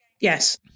yes